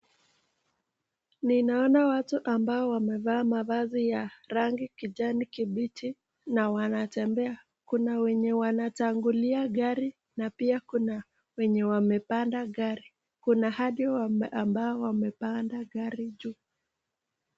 Ninaona watu ambao wamevaa mavazi ya rangi kijani kibichi na wanatembea. Kuna wenye wanatangulia gari na pia kuna wenye wamepanda gari. Kuna hadi ambao wamepanda gari juu.